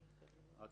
את